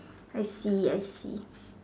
I see I see